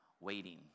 waiting